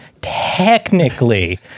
technically